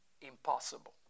Impossible